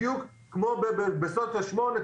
בדיוק כמו בסוציו 8,